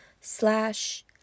slash